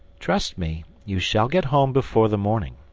trust me, you shall get home before the morning.